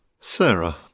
Sarah